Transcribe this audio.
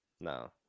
No